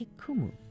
Kikumu